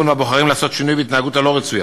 ובוחרים לעשות שינוי בהתנהגות הלא-רצויה.